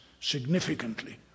significantly